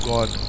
God